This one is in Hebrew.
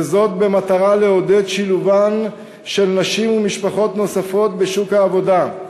וזאת במטרה לעודד שילובן של נשים ממשפחות נוספות בשוק העבודה.